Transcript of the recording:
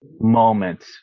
moment